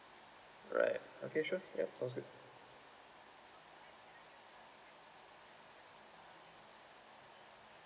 alright okay sure right sounds good